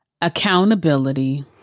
Accountability